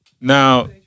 Now